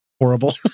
horrible